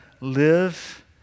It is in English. live